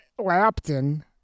Lapton